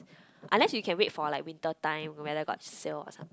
unless you can wait for like winter time whether got sale or something